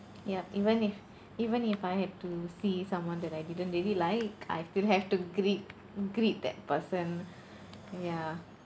yup even if even if I had to see someone that I didn't really like I still have to greet greet that person ya